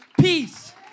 peace